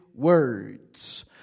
Words